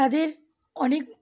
তাদের অনেক